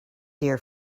dear